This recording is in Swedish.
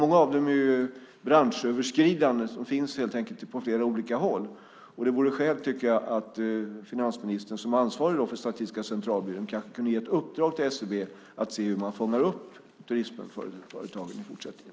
Många av dem är ju branschöverskridande och finns på flera olika håll, och det vore skäl, tycker jag, att finansministern som är ansvarig för Statistiska centralbyrån kanske kunde ge ett uppdrag till SCB att se hur man fångar upp turistföretagen i fortsättningen.